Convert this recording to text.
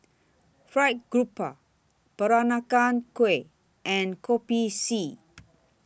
Fried Garoupa Peranakan Kueh and Kopi C